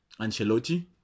Ancelotti